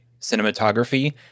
cinematography